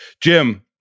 Jim